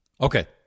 Okay